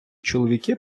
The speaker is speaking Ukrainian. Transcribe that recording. чоловіки